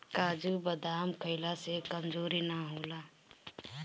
काजू बदाम खइला से कमज़ोरी ना होला